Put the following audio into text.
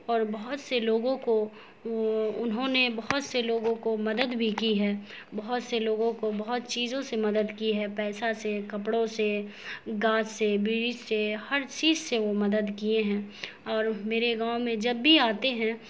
اور بہت سے لوگوں کو انہوں نے بہت سے لوگوں کو مدد بھی کی ہے بہت سے لوگوں کو بہت چیزوں سے مدد کی ہے پیسہ سے کپڑوں سے گاج سے بیڑی سے ہر چیز سے وہ مدد کیے ہیں اور میرے گاؤں میں جب بھی آتے ہیں